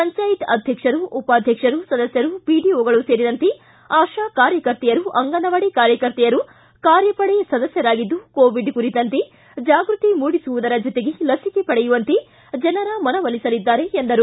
ಪಂಚಾಯತ್ ಅಧ್ಯಕ್ಷರು ಉಪಾಧ್ಯಕ್ಷರು ಸದಸ್ಕರು ಪಿಡಿಒಗಳು ಸೇರಿದಂತೆ ಆಶಾ ಕಾರ್ಯಕರ್ತೆಯರು ಅಂಗನವಾಡಿ ಕಾರ್ಯಕರ್ತೆಯರು ಕಾರ್ಯಪಡೆ ಸದಸ್ನರಾಗಿದ್ದು ಕೋವಿಡ್ ಕುರಿತಂತೆ ಜಾಗ್ಟತಿ ಮೂಡಿಸುವುದರ ಜೊತೆಗೆ ಲಸಿಕೆ ಪಡೆಯುವಂತೆ ಜನರ ಮನವೊಲಿಸಲಿದ್ದಾರೆ ಎಂದರು